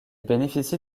bénéficie